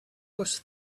was